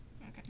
Okay